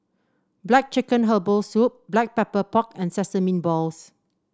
black chicken Herbal Soup Black Pepper Pork and Sesame Balls